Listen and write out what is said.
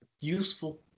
Useful